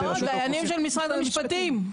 עובדי רשות האוכלוסין?